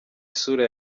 isura